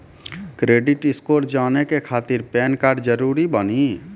Credit score जाने के खातिर पैन कार्ड जरूरी बानी?